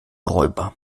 räuber